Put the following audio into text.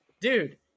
dude